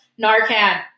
narcan